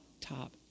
top